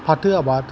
फाथो आबाद